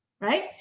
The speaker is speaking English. Right